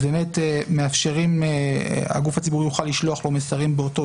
אז הגוף הציבורי יוכל לשלוח לו מסרים באותו